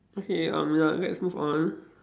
okay um ya let's move on